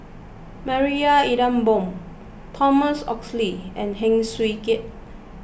Marie Ethel Bong Thomas Oxley and Heng Swee Keat